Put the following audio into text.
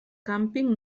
càmping